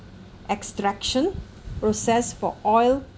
extraction process for oil